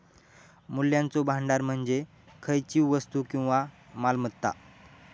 मूल्याचो भांडार म्हणजे खयचीव वस्तू किंवा मालमत्ता